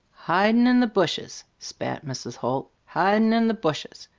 hidin' in the bushes! spat mrs. holt. hidin' in the bushes!